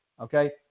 okay